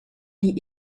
die